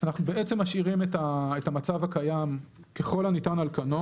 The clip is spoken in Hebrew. אנחנו בעצם משאירים את המצב הקיים ככל הניתן על קנו.